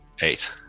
Eight